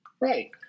Right